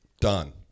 done